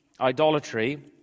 Idolatry